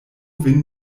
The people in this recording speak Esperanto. vin